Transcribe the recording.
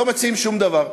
לא מציעים שום דבר.